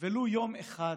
ולו יום אחד,